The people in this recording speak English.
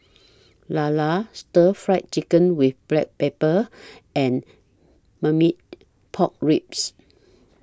Lala Stir Fried Chicken with Black Pepper and Marmite Pork Ribs